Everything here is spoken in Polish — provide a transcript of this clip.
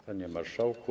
Panie Marszałku!